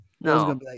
No